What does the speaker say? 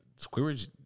Squidward